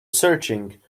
searching